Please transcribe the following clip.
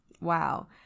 wow